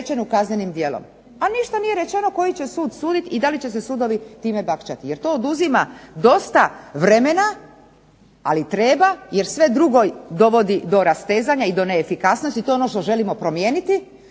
kaznenim djelom. Ali ništa nije rečeno koji će sud suditi i da li će se sudovi time bakčati jer to oduzima dosta vremena. Ali treba, jer sve drugo dovodi do rastezanja i do neefikasnoti. To je ono što želimo promijeniti.